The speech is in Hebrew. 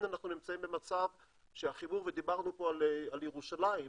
דיברנו פה על ירושלים.